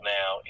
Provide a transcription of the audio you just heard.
now